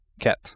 Cat